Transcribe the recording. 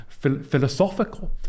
philosophical